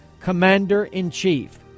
commander-in-chief